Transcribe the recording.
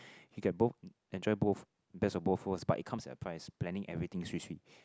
you get both enjoy both best of both worlds but it come at price planning everything swee swee